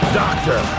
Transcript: doctor